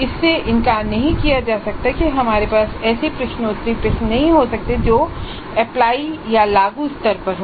इससे इनकार नहीं किया जा सकता है कि हमारे पास ऐसे प्रश्नोत्तरी प्रश्न नहीं हो सकते जो लागू स्तर पर हों